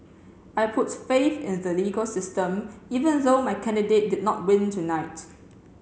I put faith in the legal system even though my candidate did not win tonight